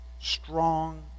strong